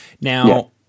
Now